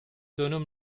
dönüm